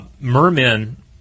Mermen